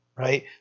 Right